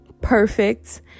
perfect